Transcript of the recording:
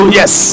yes